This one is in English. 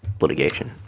litigation